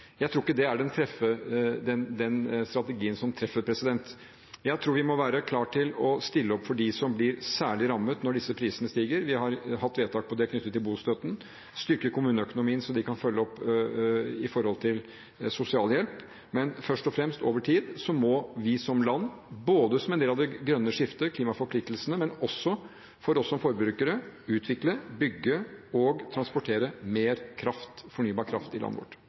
Jeg tror ikke det er den strategien som treffer. Jeg tror vi må være klare til å stille opp for dem som blir særlig rammet når disse prisene stiger, og vi har hatt vedtak om det knyttet til bostøtten. Vi må styrke kommuneøkonomien, så de kan følge opp med sosialhjelp. Men først og fremst må vi som land over tid – som en del av det grønne skiftet, klimaforpliktelsene, men også for oss som forbrukere – utvikle, bygge og transportere mer kraft, fornybar kraft, i landet vårt. Dette handler i bunn og grunn om viljen til politisk styring over arvesølvet vårt,